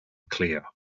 clear